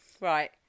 Right